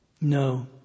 No